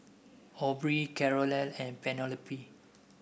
Aubrie Carole and Penelope